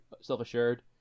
self-assured